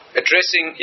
addressing